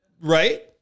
Right